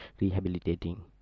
rehabilitating